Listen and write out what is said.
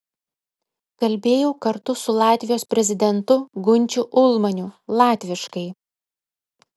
kalbėjau kartu su latvijos prezidentu gunčiu ulmaniu latviškai